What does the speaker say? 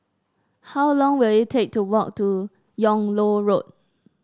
how long will it take to walk to Yung Loh Road